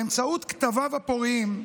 באמצעות כתביו הפוריים,